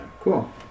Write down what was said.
Cool